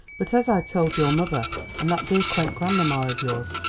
but as i told your mother and that dear, quaint grandmamma of yours,